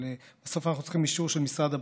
אבל בסוף אנחנו צריכים אישור של משרד הבריאות.